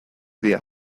días